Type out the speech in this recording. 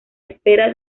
espera